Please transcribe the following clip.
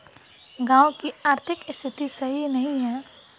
गाँव की आर्थिक स्थिति सही नहीं है?